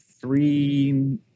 three